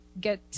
get